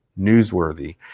newsworthy